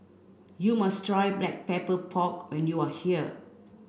you must try black pepper pork when you are here